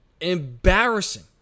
embarrassing